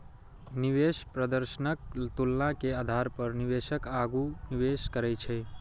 निवेश प्रदर्शनक तुलना के आधार पर निवेशक आगू निवेश करै छै